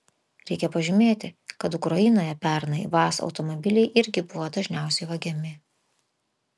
reikia pažymėti kad ukrainoje pernai vaz automobiliai irgi buvo dažniausiai vagiami